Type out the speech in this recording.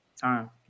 Time